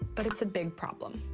but it's a big problem.